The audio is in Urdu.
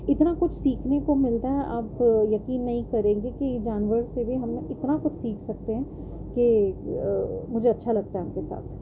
اتنا کچھ سیکھنے کو ملتا ہے آپ یقین نہیں کریں گے کہ جانور سے بھی ہم اتنا کچھ سیکھ سکتے ہیں کہ مجھے اچھا لگتا ہے آپ کے ساتھ